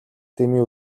дэмий